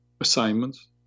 assignments